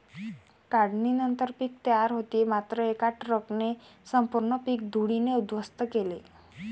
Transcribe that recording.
काढणीनंतर पीक तयार होते मात्र एका ट्रकने संपूर्ण पीक धुळीने उद्ध्वस्त केले